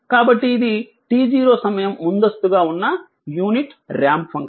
కాబట్టి ఇది t0 సమయం ముందస్తుగా ఉన్న యూనిట్ రాంప్ ఫంక్షన్